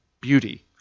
beauty